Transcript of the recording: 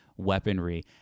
Weaponry